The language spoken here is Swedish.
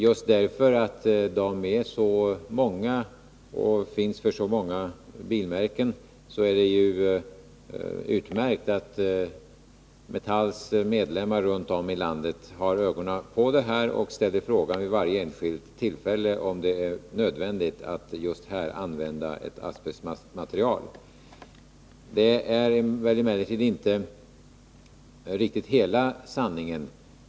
Just för att de är så många och finns för så många bilmärken är det utmärkt att Metalls medlemmar runt om i landet har ögonen på det här och ställer frågan vid varje särskilt tillfälle om det är nödvändigt att använda ett asbestmaterial. Det är emellertid inte riktigt hela sanningen.